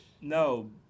No